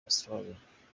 australia